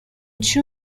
two